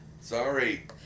sorry